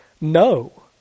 No